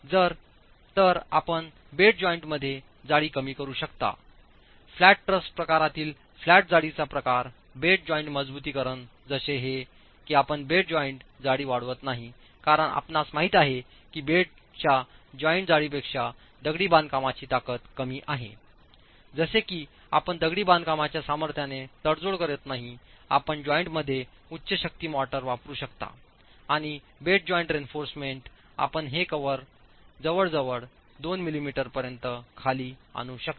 तर आपण बेड जॉइंटमध्ये जाडी कमी करू शकता फ्लॅट ट्रस्ट प्रकारातील फ्लॅट जाळीचा प्रकार बेड जॉइंट मजबुतीकरण जसे की आपण बेड जॉइंट जाडी वाढवत नाही कारण आपणास माहित आहे की बेडच्या जॉइंट जाडीपेक्षा दगडी बांधकामची ताकद कमी आहेजसे की आपण दगडी बांधकाम च्या सामर्थ्याने तडजोड करीत नाही आपण जॉइंट मध्ये उच्च शक्ती मोटर्स वापरू शकता आणि बेड जॉइंट रेइन्फॉर्समेंट आपण हे कव्हर जवळजवळ 2 मिलीमीटर पर्यंत खाली आणू शकता